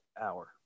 hour